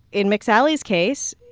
in mcsally's case,